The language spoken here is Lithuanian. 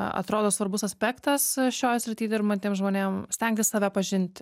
atrodo svarbus aspektas šioj srity dirbantiem žmonėm stengtis save pažinti